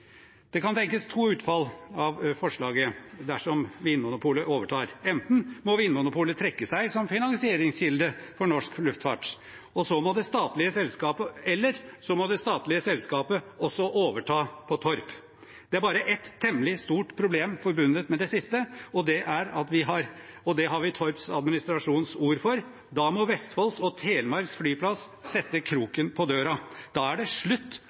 Det kan tenkes to utfall av forslaget dersom Vinmonopolet overtar. Enten må Vinmonopolet trekke seg som finansieringskilde for norsk luftfart, eller så må det statlige selskapet også overta på Torp. Det er bare et temmelig stort problem forbundet med det siste, og det har vi Torps administrasjons ord for: Da må Vestfolds og Telemarks flyplass sette kroken på døren. Da er det slutt